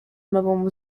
mogą